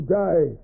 die